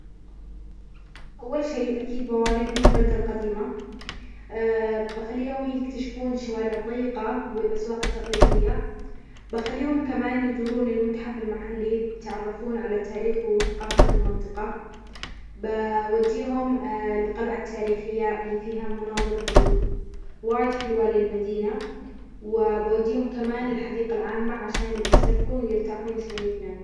إذا كنت مرشد سياحي في مدينتي المفضلة، أول شيء راح أبدأ في تعريف السياح بالأماكن التاريخية مثل الأسواق القديمة والقلعة التاريخية. بعدها، راح أخدهم لزيارة المعالم الطبيعية مثل الجبال والشواطئ. كمان، بحرص على إظهار الثقافة المحلية